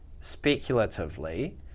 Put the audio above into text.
speculatively